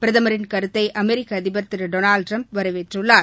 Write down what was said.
பிரதமின் கருத்தை அமெரிக்க அதிபர் திரு டொனால்டு ட்டிரம்ப் வரவேற்றுள்ளார்